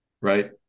right